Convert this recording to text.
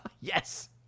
Yes